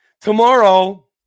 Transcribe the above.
tomorrow